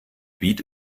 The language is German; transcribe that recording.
beat